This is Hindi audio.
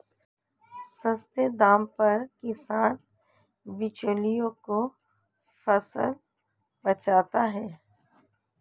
सस्ते दाम पर किसान बिचौलियों को फसल बेचता है